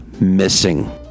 missing